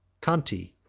conti,